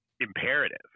imperative